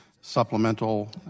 supplemental